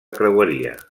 creueria